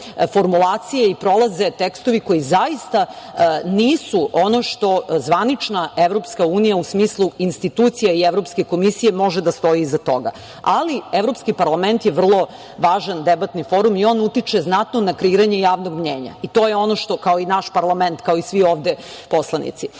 formulacije i prolaze tekstovi koji zaista nisu ono što zvanična Evropska unija u smislu institucije i Evropske komisije može da stoji iza toga. Ali Evropski parlament je vrlo važan debatni forum i on utiče znatno na kreiranje javnog mnjenja i to je ono što, kao i naš parlament, kao i svi ovde poslanici.Međutim,